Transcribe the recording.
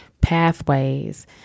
pathways